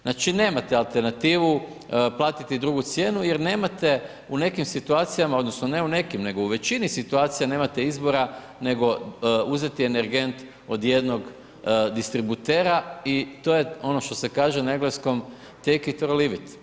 Znači nemate alternativu platiti drugu cijenu jer nemate u nekim situacijama, odnosno ne u nekim, nego u većini situacija nemate izbora nego uzeti energent od jednog distributera i to je, ono što se kaže na engleskom, take it or leave it.